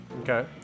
Okay